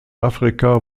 afrika